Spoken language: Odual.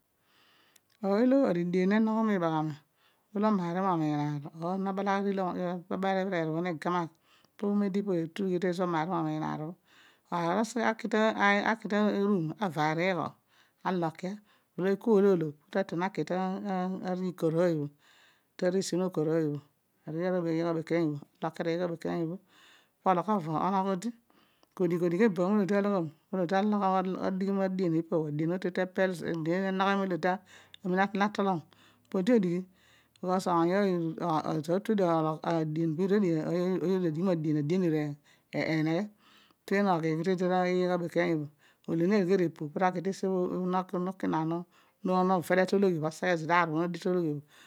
Ooy olo aridian nenogho mibaghami, olo omaario momiin aar, or olo na balagh mibhever obho ne gamagh po omeedi utalugghi tezo odi omaario momiin aelr obho asi aki ta aru unu mo vaay ariighọ oblo aknas ololo aloki, no to tom oki riila ikooy rooy obho, tariisi nokooy rooy obh oloki miighs bha ara abekeeny obho pologh avo onogho odi kodige kodigh eboom olo adi aloghom olo odi atolom eper zodi podi odighi beos oony ooy esoor utuedio dio adian be adian era eneghe utem oghighu to odi ara abe- leeeny yobho, olo ne begheri epu, pu toki ta esi obho noki na bho novele to ologhi obho oseghe zooi anr obho na digh to loghi obho.